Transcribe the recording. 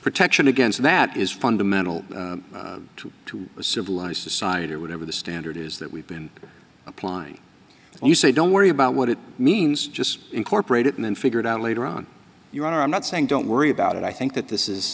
protection against that is fundamental to to a civilized society or whatever the standard is that we've been applying and you say don't worry about what it means just incorporate it and then figure it out later on your own i'm not saying don't worry about it i think that this is